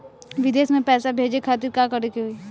विदेश मे पैसा भेजे खातिर का करे के होयी?